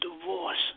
divorce